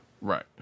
Right